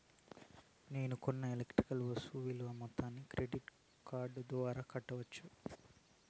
నేను కొన్న ఎలక్ట్రానిక్ వస్తువుల విలువ మొత్తాన్ని క్రెడిట్ కార్డు ద్వారా కట్టొచ్చా?